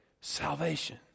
salvation